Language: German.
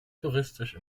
touristisch